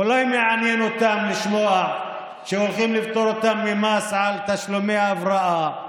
אולי מעניין אותם לשמוע שהולכים לפטור אותם ממס על תשלומי הבראה?